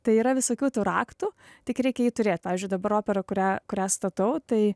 tai yra visokių tų raktų tik reikia jį turėt pavyzdžiui dabar opera kurią kurią statau tai